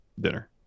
dinner